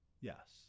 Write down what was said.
Yes